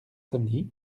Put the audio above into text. samedi